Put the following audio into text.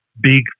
big